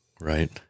Right